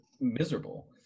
miserable